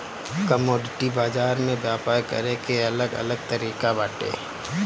commodity बाजार में व्यापार करे के अलग अलग तरिका बाटे